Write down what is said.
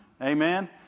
Amen